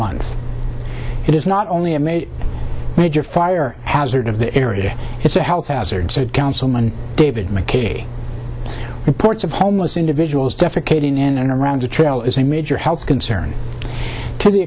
month it is not only a major major fire hazard of the area it's a health hazard said councilman david mackay reports of homeless individuals deaf acadian in and around the trail is a major health concern to the